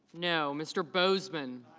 no. mr. bozeman